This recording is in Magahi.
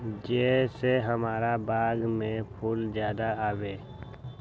जे से हमार बाग में फुल ज्यादा आवे?